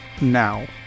now